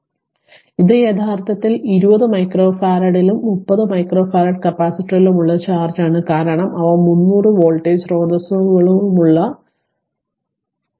ഇപ്പോൾ ഇത് യഥാർത്ഥത്തിൽ 20 മൈക്രോഫറാഡിലും 30 മൈക്രോഫറാഡ് കപ്പാസിറ്ററിലുമുള്ള ചാർജാണ് കാരണം അവ 300 വോൾട്ടേജ് സ്രോതസ്സുകളുള്ള ശ്രേണിയിലാണ്